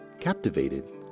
Captivated